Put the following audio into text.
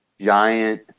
giant